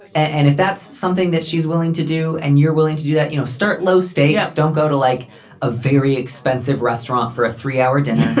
and if that's something that she's willing to do and you're willing to do that, you know, start low status, don't go to like a very expensive restaurant for a three hour dinner